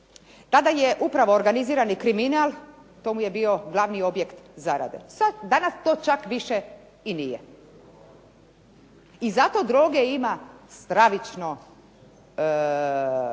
Tada je upravo organizirani kriminal, to mu je bio glavni objekt zarade. Danas to čak više i nije. I zato droge stravično,